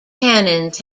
tannins